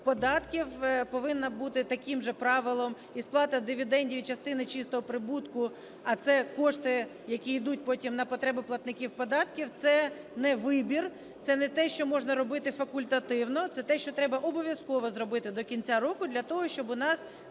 податків повинна бути таким же правилом, і сплата дивідендів і частини чистого прибутку, а це кошти, які ідуть потім на потреби платників податків. Це не вибір, це не те, що можна робити факультативно. Це те, що треба обов'язково зробити до кінця року для того, щоб у нас